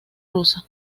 rusa